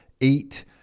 eight